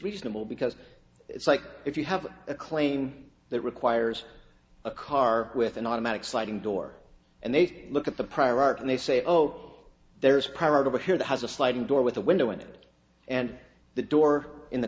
reasonable because it's like if you have a claim that requires a car with an automatic sliding door and they look at the prior art and they say oh there's part of a here that has a sliding door with a window into it and the door in the